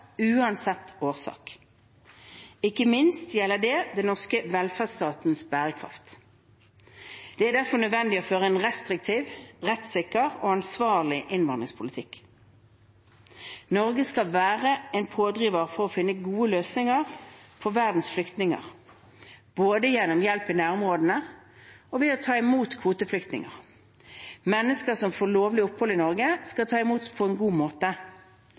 uansett årsak. Ikke minst gjelder det den norske velferdsstatens bærekraft. Det er derfor nødvendig å føre en restriktiv, rettssikker og ansvarlig innvandringspolitikk. Norge skal være en pådriver for å finne gode løsninger for verdens flyktninger, både gjennom hjelp i nærområdene og ved å ta imot kvoteflyktninger. Mennesker som får lovlig opphold i Norge, skal tas imot på en god måte.